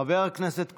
חבר הכנסת קושניר,